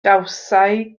gawsai